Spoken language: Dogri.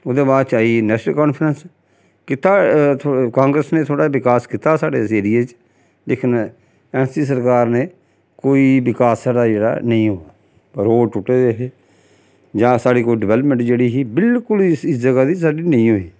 ओह्दे बाद च आई नैशनल कांफ्रैंस कीता थो कांग्रेस ने थोह्ड़ा विकास कीता साढ़े इस एरिये च लेकन ऐन्न सी सरकार ने कोई विकास साढ़ा जेह्ड़ा नेईं होएआ रोड टुट्टे दे हे जां साढ़ी कोई डवैलमैंट जेह्ड़ी ही बिल्कुल इस ज'गा दी साढ़ी नेईं होई